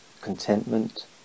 contentment